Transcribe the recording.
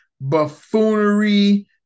buffoonery